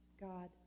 God